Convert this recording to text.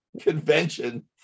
convention